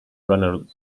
run